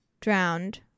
drowned